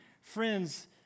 friends